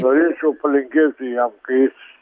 norėčiau palinkėti jam kai jis